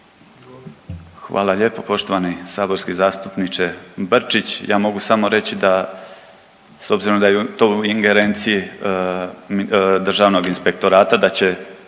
Hvala lijepo poštovani saborski zastupniče Brčić. Ja mogu samo reći da s obzirom da je to u ingerenciji državnog inspektorata da će